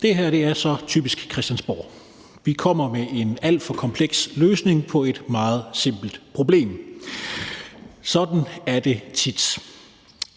Det her er så typisk Christiansborg. Vi kommer med en alt for kompleks løsning på et meget simpelt problem. Sådan er det tit.